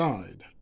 Side